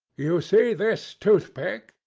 you see this toothpick?